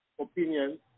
opinion